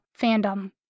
fandom